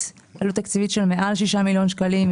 עלות תקציבית של מעל 6 מיליון שקלים,